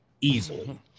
easily